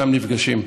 שם נפגשים.